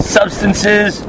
Substances